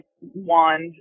wand